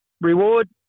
reward